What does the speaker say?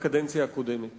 בקדנציה הקודמת